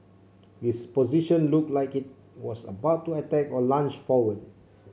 its position looked like it was about to attack or lunge forward